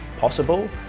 possible